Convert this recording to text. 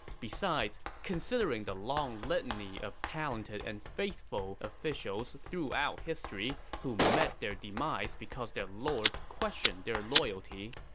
besides, considering the long litany of talented and faithful officials throughout history who met their demise because their lords questioned their loyalty,